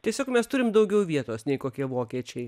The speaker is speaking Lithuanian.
tiesiog mes turim daugiau vietos nei kokie vokiečiai